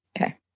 okay